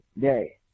day